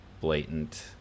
blatant